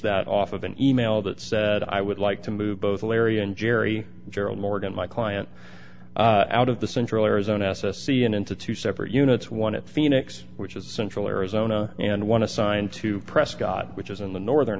that off of an e mail that said i would like to move both larry and jerry gerald morgan my client out of the central arizona s s c and into two separate units one at phoenix which is central arizona and one assigned to prescott which is in the northern